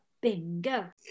bingo